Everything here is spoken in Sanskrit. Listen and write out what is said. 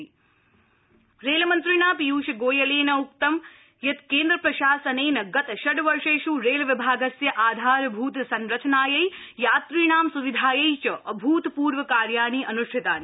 राजस्थान पीयूष गोयल रेलमन्त्रिणा पीयूष गोयलेन उक्तं यत् केन्द्रप्रशासनेन गत षड् वर्षेष् रेलविभागस्य आधारभूत संरचनायै यात्रीणां स्विधायै च अभूतपूर्व कार्याणि अन्ष्ठितानि